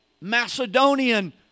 Macedonian